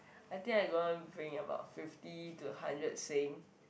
I think I gonna bring about fifty to hundred sing